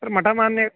ಮಠಮಾನ್ಯ